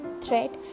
threat